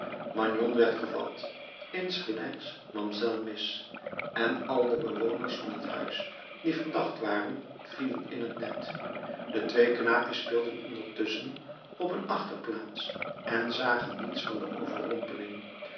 magnon werd gevat insgelijks mamselle miss en al de bewoners van het huis die verdacht waren vielen in het net de twee knaapjes speelden ondertusschen op een achterplaats en zagen niets van de overrompeling